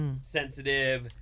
sensitive